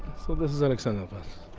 so this is alexanderplatz.